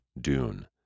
Dune